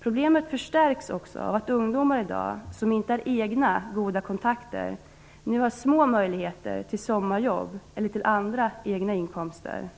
Problemet förstärks av att ungdomar som inte har egna goda kontakter har små möjligheter till sommarjobb eller andra egna inkomster.